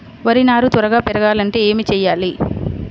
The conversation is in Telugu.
వరి నారు త్వరగా పెరగాలంటే ఏమి చెయ్యాలి?